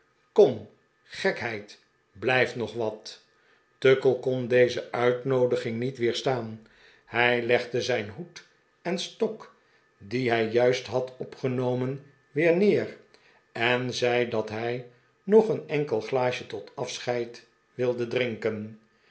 kom gekheid blijf nog wat tuckle kon deze uitnoodiging niet weerstaan hij legde zijn hoed en stok die hij juist had opgenomen weer neer en zei dat hij nog een enkel glaasje tot afscheid wilde drinken